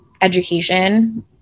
education